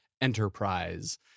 Enterprise